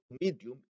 medium